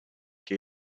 que